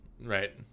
right